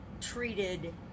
treated